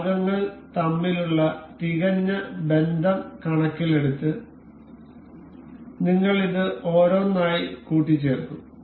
ഭാഗങ്ങൾ തമ്മിലുള്ള തികഞ്ഞ ബന്ധം കണക്കിലെടുത്ത് നിങ്ങൾ ഇത് ഓരോന്നായി കൂട്ടിച്ചേർക്കും